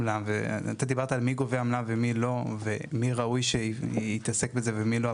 אתה דיברת על מי גובה עמלה ומי לא; ומי ראוי שיתעסק בזה ומי לא.